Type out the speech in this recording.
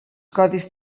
codis